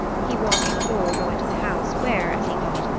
he watched thor go into the house where, as he thought,